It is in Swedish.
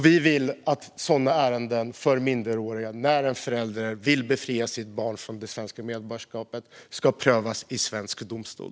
Vi vill att ärenden där en förälder vill befria sitt barn från det svenska medborgarskapet ska prövas i svensk domstol.